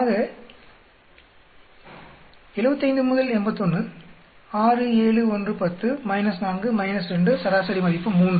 ஆக 75 81 6 7 1 10 4 2 சராசரி மதிப்பு 3